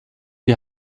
die